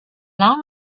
long